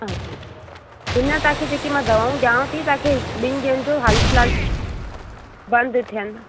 हा हींअर तव्हांखे मां जेकी दवाऊं ॾियांव थी तव्हांखे ही ॿिनि ॾींहंनि जो हालु फ़िलहालु बंदि थियनि